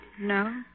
No